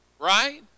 Right